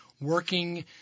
working